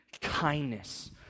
kindness